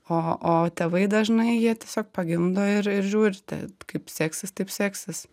o o tėvai dažnai jie tiesiog pagimdo ir ir žiūrite kaip seksis taip seksis